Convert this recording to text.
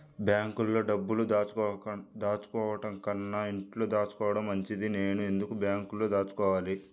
బ్యాంక్లో డబ్బులు దాచుకోవటంకన్నా ఇంట్లో దాచుకోవటం మంచిది నేను ఎందుకు బ్యాంక్లో దాచుకోవాలి?